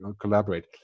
collaborate